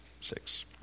six